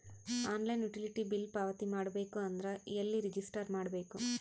Online utility bill ಪಾವತಿ ಮಾಡಬೇಕು ಅಂದ್ರ ಎಲ್ಲ ರಜಿಸ್ಟರ್ ಮಾಡ್ಬೇಕು?